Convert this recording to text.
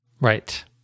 Right